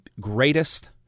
greatest